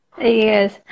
Yes